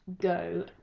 go